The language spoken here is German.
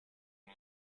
nur